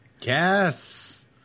Yes